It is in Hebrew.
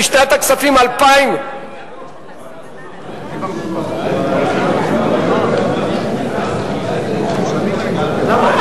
לשנת הכספים 2011. למה,